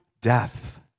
death